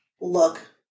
look